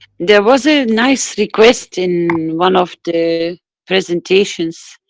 there was a nice request in one of the presentations.